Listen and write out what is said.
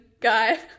guy